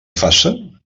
faça